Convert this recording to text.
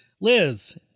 Liz